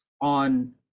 on